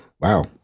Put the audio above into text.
Wow